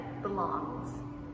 Belongs